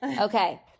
Okay